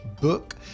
book